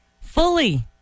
Fully